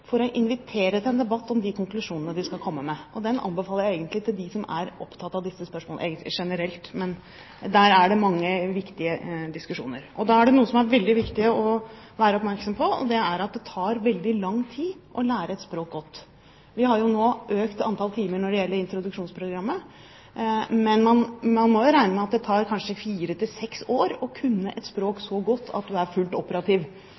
for å invitere til en debatt om de konklusjonene de skal komme med. Den anbefaler jeg egentlig til dem som er opptatt av disse spørsmålene generelt, der er det mange viktige diskusjoner. Noe som det er veldig viktig å være oppmerksom på, er at det tar veldig lang tid å lære et språk godt. Vi har nå økt antall timer når det gjelder introduksjonsprogrammet. Man må regne med at det kanskje tar fra fire til seks år å lære seg et språk så godt at man fullt ut er operativ